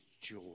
joy